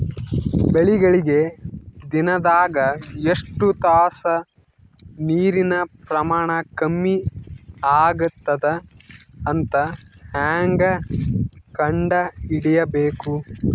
ಬೆಳಿಗಳಿಗೆ ದಿನದಾಗ ಎಷ್ಟು ತಾಸ ನೀರಿನ ಪ್ರಮಾಣ ಕಮ್ಮಿ ಆಗತದ ಅಂತ ಹೇಂಗ ಕಂಡ ಹಿಡಿಯಬೇಕು?